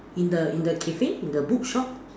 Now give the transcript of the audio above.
in the in the cafe in the bookshop